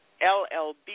LLB